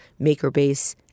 MakerBase